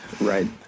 Right